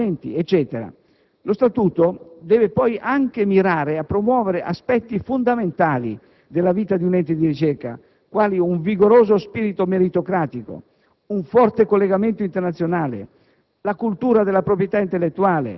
le modalità di approvazione dei regolamenti, eccetera. Lo statuto deve poi anche mirare a promuovere aspetti fondamentali della vita di un ente di ricerca, quali un vigoroso spirito meritocratico, un forte collegamento internazionale,